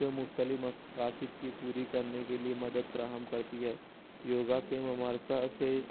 یہ مختلف مقاصد کی پوری کرنے کے لیے مدد فراہم کرتی ہے یوگا کے ممارثہ سے